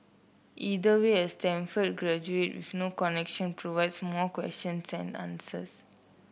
either way a Stanford graduate with no connection provides more questions than answers